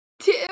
two